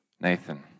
Nathan